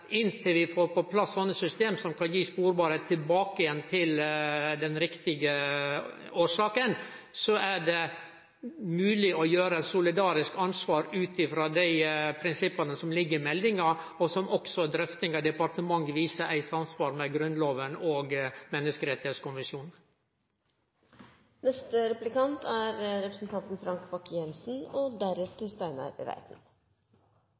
Inntil vi får på plass system som kan gi sporbarheit tilbake til den riktige årsaka, er det mogleg å gi solidarisk ansvar ut frå dei prinsippa som ligg i meldinga, og som departementets drøfting viser er i samsvar med grunnloven og menneskerettskonvensjonen. Jeg skal ikke bruke det billige retoriske poenget om dobbeltkommunikasjon, men jeg skal gi representanten